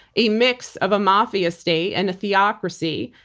a mix of a mafia state and a theocracy.